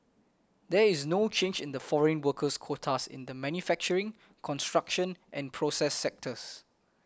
there is no change in the foreign workers quotas in the manufacturing construction and process sectors